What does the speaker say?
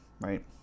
right